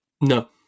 No